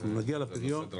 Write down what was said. אנחנו נגיע לפריון,